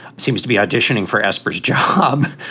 seems to be auditioning for aspers job.